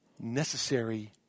necessary